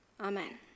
Amen